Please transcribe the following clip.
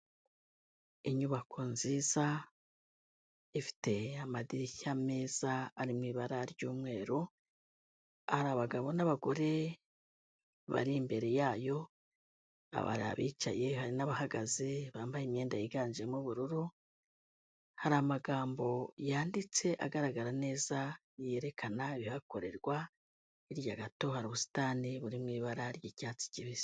Inyubako nziza ifite amadirishya meza ari mu ibara ry'umweru, hari abagabo n'abagore bari imbere yayo, hari abicaye, hari n'abahagaze bambaye imyenda yiganjemo ubururu, hari amagambo yanditse agaragara neza yerekana ibihakorerwa, hirya gato hari ubusitani buri mu ibara ry'icyatsi kibisi.